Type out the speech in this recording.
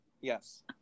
yes